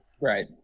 Right